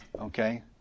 Okay